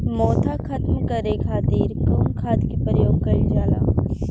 मोथा खत्म करे खातीर कउन खाद के प्रयोग कइल जाला?